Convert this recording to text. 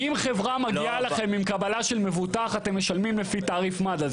אם חברה מגיעה עם קבלה של מבוטח אתם משלמים לפי תעריף מד"א.